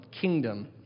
kingdom